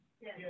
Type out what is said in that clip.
Yes